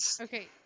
Okay